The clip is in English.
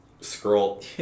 scroll